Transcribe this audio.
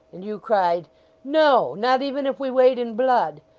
and you cried no not even if we wade in blood,